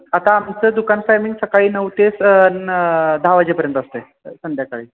आता आमचं दुकान टायमिंग सकाळी नऊ ते स न दहा वाजेपर्यंत असतं आहे संध्याकाळी